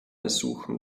ersuchen